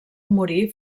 morir